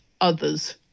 others